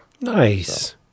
Nice